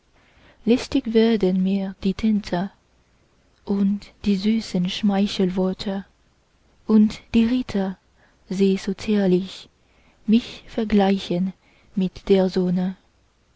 lästig werden mir die tänze und die süßen schmeichelworte und die ritter die so zierlich mich vergleichen mit der